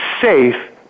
safe